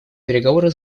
переговоры